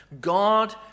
God